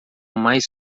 mais